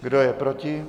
Kdo je proti?